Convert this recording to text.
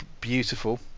beautiful